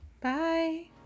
Bye